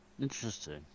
Interesting